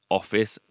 office